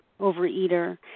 overeater